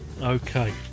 Okay